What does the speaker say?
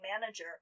manager